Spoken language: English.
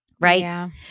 right